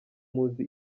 muzi